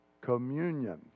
Communion